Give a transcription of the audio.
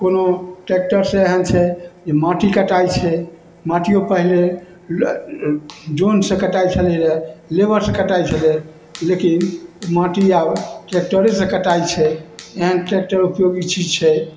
कोनो ट्रैकटरसँ एहन छै जे माटि कटाइ छै माटिओ पहिले जनसँ कटाइ छलैए लेबरसँ कटाइ छलै लेकिन माटि आब ट्रैकटरसँ कटाइ छै एहन ट्रैकटर उपयोगी चीज छै